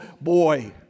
boy